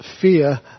fear